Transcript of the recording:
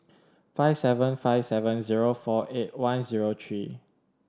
five seven five seven zero four eight one zero three